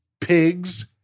pigs